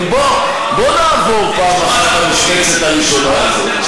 אבל בוא נעבור פעם אחת על המשבצת הראשונה הזאת.